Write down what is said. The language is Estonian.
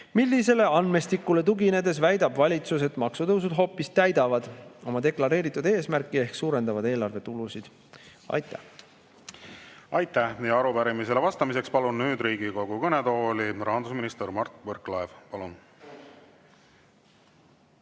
Millisele andmestikule tuginedes väidab valitsus, et maksutõusud hoopis täidavad oma deklareeritud eesmärki ehk suurendavad eelarve tulu? Aitäh! Aitäh! Ja arupärimisele vastamiseks palun nüüd Riigikogu kõnetooli rahandusminister Mart Võrklaeva. Palun!